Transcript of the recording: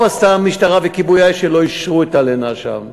טוב עשו המשטרה וכיבוי האש שלא אישרו את הלינה שם.